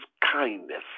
kindness